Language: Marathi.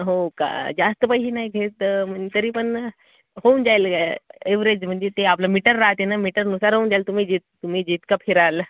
हो का जास्त पहिली नाही घेतं मग तरी पण होऊन जाईल एवरेज म्हणजे ते आपलं मीटर राहते ना मीटरनुसार होऊन जाईल तुम्ही जिथं तुम्ही जितका फिराल